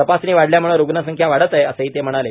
तपासणी वाढल्याम्ळे रुग्ण संख्या वाढत आहे असंही ते म्हणाले